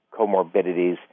comorbidities